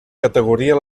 categoria